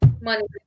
money